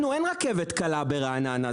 לנו אין רכבת קלה ברעננה,